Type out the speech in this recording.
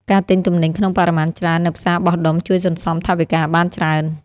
ការទិញទំនិញក្នុងបរិមាណច្រើន នៅផ្សារបោះដុំជួយសន្សំថវិកាបានច្រើន។